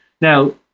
now